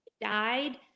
Died